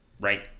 right